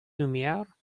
lumière